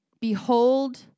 behold